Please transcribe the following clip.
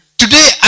today